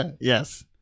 Yes